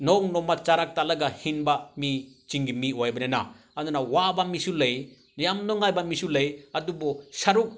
ꯅꯣꯡ ꯅꯣꯡꯃ ꯆꯔꯥ ꯇꯥꯜꯂꯒ ꯍꯤꯡꯕ ꯃꯤ ꯆꯤꯡꯒꯤ ꯃꯤ ꯑꯣꯏꯕꯅꯤꯅ ꯑꯗꯨꯅ ꯋꯥꯕ ꯃꯤꯁꯨ ꯂꯩ ꯌꯥꯝ ꯅꯨꯡꯉꯥꯏꯕ ꯃꯤꯁꯨ ꯂꯩ ꯑꯗꯨꯕꯨ ꯁꯔꯨꯛ